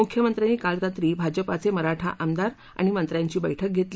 मुख्यमंत्र्यांनी काल रात्री भाजपाचे मराठा आमदार आणि मंत्र्यांची बैठक घेतली